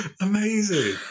Amazing